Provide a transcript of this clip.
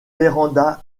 véranda